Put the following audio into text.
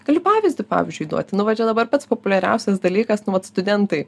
galiu pavyzdį pavyzdžiui duoti nu vat čia dabar pats populiariausias dalykas nu vat studentai